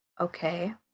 Okay